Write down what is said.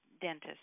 Dentist